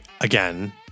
again